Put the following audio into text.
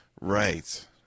right